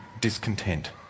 discontent